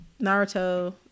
Naruto